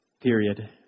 Period